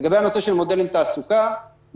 לגבי הנושא של מודלים לתעסוקה אני